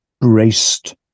braced